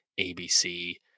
abc